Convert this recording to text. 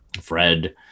Fred